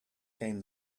came